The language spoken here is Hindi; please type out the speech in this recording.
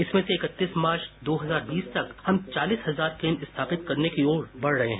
इसमें से इकतीस मार्च दो हजार बीस तक हम चालीस हजार केन्द्र स्थापित करने की ओर बढ़ रहे हैं